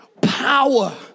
power